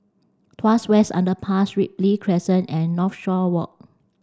Tuas West Underpass Ripley Crescent and Northshore Walk